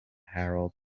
harold